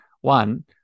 One